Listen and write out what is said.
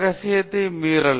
ரகசியத்தை மீறுதல்